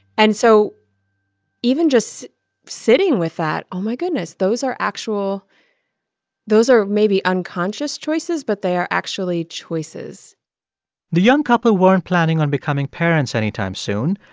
and so even just sitting with that oh, my goodness, those are actual those are maybe unconscious choices, but they are actually choices the young couple weren't planning on becoming parents anytime soon.